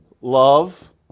love